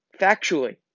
Factually